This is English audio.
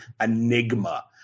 enigma